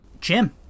Jim